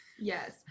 Yes